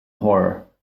horror